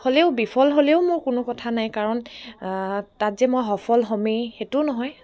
হ'লেও বিফল হ'লেও মোৰ কোনো কথা নাই কাৰণ তাত যে মই সফল হমেই সেইটোও নহয়